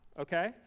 okay